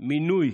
מינוי